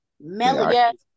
melody